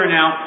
now